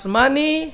money